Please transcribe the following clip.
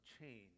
change